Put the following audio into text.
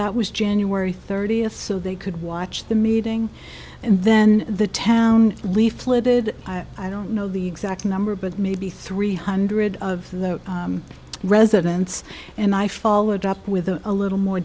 that was january thirtieth so they could watch the meeting and then the town leafleted i don't know the exact number but maybe three hundred of the residents and i followed up with a little more